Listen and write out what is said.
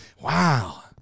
Wow